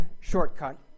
shortcut